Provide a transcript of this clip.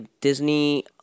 Disney